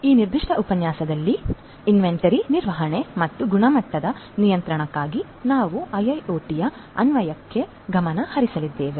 ಈ ನಿರ್ದಿಷ್ಟ ಉಪನ್ಯಾಸದಲ್ಲಿ ಇನ್ವೆಂಟರಿ ನಿರ್ವಹಣೆ ಮತ್ತು ಗುಣಮಟ್ಟದ ನಿಯಂತ್ರಣಕ್ಕಾಗಿ ನಾವು IIoT ಯ ಅನ್ವಯಕ್ಕೆ ಗಮನ ಹರಿಸಲಿದ್ದೇವೆ